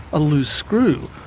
a loose screw,